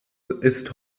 ist